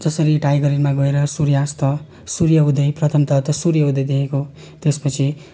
जसरी टाइगर हिलमा गएर सूर्यास्त सूर्योदय प्रथमतः सूर्य उदय देखेको त्यसपछि